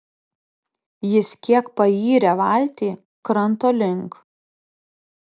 jis kiek payrė valtį kranto link